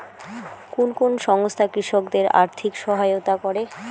কোন কোন সংস্থা কৃষকদের আর্থিক সহায়তা করে?